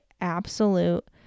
absolute